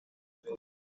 bwo